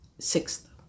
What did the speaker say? Sixth